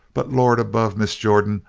but lord above, miss jordan,